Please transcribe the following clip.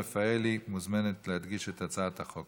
הצעת החוק